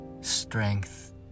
strength